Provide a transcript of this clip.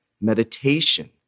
meditation